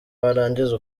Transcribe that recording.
warangiza